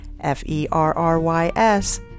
F-E-R-R-Y-S